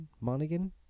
Monaghan